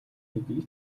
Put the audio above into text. гэдгийг